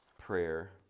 prayer